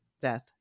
death